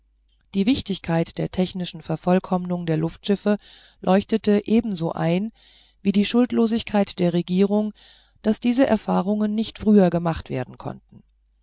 die wichtigkeit der technischen vervollkommnung der luftschiffe leuchtete ebenso ein wie die schuldlosigkeit der regierung daß diese erfahrungen nicht früher gemacht werden konnten